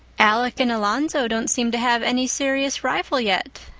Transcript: alec and alonzo don't seem to have any serious rival yet,